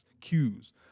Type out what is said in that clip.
cues